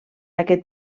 aquest